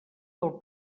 del